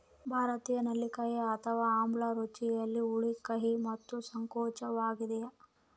ಭಾರತೀಯ ನೆಲ್ಲಿಕಾಯಿ ಅಥವಾ ಆಮ್ಲ ರುಚಿಯಲ್ಲಿ ಹುಳಿ ಕಹಿ ಮತ್ತು ಸಂಕೋಚವಾಗ್ಯದ